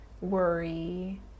worry